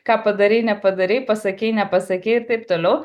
ką padarei nepadarei pasakei nepasakei ir taip toliau